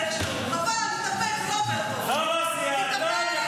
חלאס, חלאס, תתאפק, תתאפק,